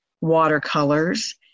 watercolors